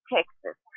Texas